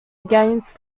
against